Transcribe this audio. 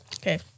Okay